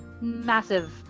massive